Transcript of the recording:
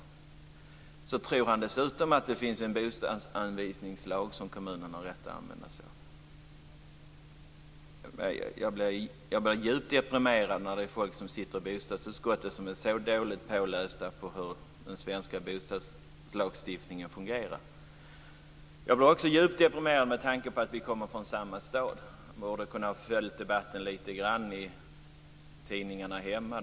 Dessutom tror Sten Andersson att det finns en bostadsanvisningslag som kommunerna har rätt att använda sig av. Jag blir djupt deprimerad när folk som sitter i bostadsutskottet är så dåligt pålästa när det gäller hur den svenska bostadslagstiftningen fungerar. Jag blir också djupt deprimerad med tanke på att vi kommer från samma stad. Sten Andersson borde ha kunnat följa debatten lite grann i tidningarna hemma.